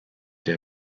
der